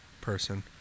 person